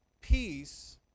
Peace